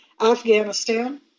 Afghanistan